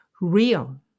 real